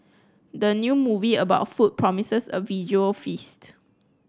the new movie about food promises a visual feast